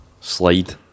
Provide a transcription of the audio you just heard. slide